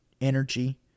energy